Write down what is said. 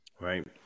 right